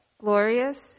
Glorious